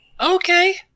Okay